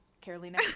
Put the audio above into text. Carolina